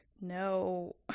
No